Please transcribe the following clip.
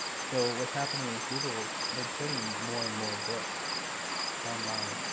so what's happening is google, they're putting more and more books online.